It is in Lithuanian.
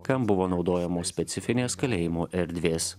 kam buvo naudojamos specifinės kalėjimo erdvės